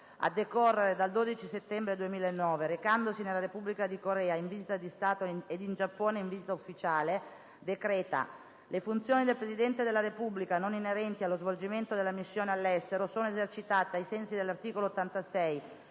a decorrere dal 12 settembre 2009, recandosi nella Repubblica di Corea in visita di Stato ed in Giappone in visita ufficiale; DECRETA: Le funzioni del Presidente della Repubblica, non inerenti allo svolgimento della missione all'estero, sono esercitate, ai sensi dell'articolo 86,